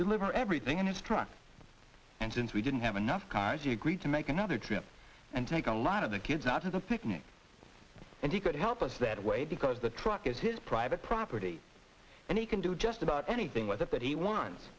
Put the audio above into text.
deliver everything in his truck and since we didn't have enough cars you agreed to make another trip and take a lot of the kids out to the picnic and he could help us that way because the truck is his private property and he can do just about anything w